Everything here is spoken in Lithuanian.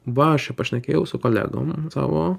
va aš čia pašnekėjau su kolegom savo